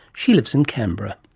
she lives in canberra.